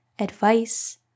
advice